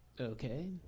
Okay